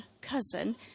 cousin